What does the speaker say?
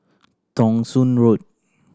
Thong Soon Road